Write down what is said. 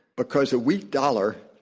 because a weak dollar,